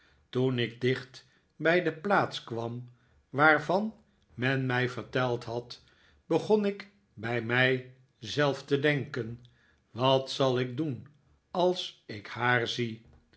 toen ik dicht bij de plaats kwam waarvan men mij verteld had begon ik bij mij zelf te denken wat zal ik doen als ik haar zie